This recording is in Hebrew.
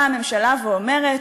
באה הממשלה ואומרת,